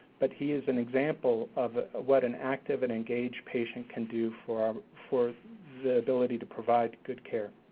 but he is an example of what an active and engaged patient can do for for the ability to provide good care.